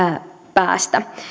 päästä